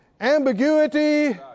ambiguity